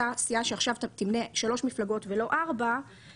אותה סיעה שעכשיו תמנה שלוש מפלגות ולא ארבע,